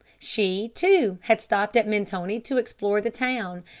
she, too, had stopped at mentone to explore the town,